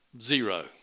Zero